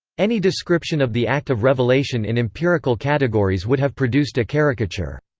any description of the act of revelation in empirical categories would have produced a caricature.